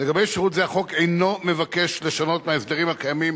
לגבי שירות זה החוק אינו מבקש לשנות מההסדרים הקיימים